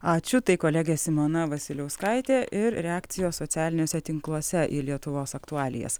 ačiū tai kolegė simona vasiliauskaitė ir reakcijos socialiniuose tinkluose į lietuvos aktualijas